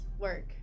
work